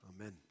Amen